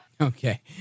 okay